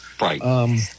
Right